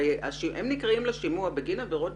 הרי הם נקראים לשימוע בגין עבירות